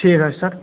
ٹھیٖک حظ چھُ سَر